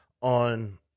on